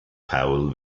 paul